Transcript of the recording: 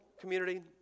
community